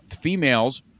females